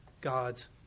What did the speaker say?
God's